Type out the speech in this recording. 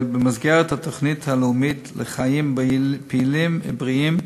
במסגרת התוכנית הלאומית לחיים פעילים ובריאים,